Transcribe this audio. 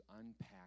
unpack